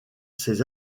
ses